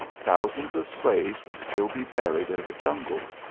thousands of slaves would still be buried in the jungles,